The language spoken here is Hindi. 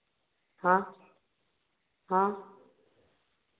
हाँ हाँ